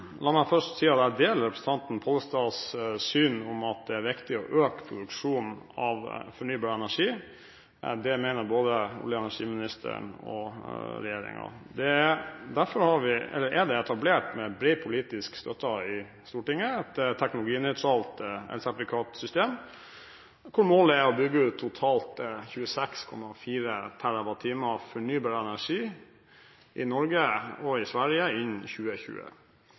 La meg først si at jeg deler representanten Pollestads syn, at det er viktig å øke produksjonen av fornybar energi. Det mener både olje- og energiministeren og regjeringen. Derfor er det – med bred politisk støtte i Stortinget – etablert et teknologinøytralt elsertifikatsystem hvor målet er å bygge ut totalt 26,4 TWh fornybar energi i Norge og i Sverige innen 2020.